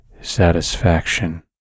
satisfaction